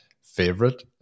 favorite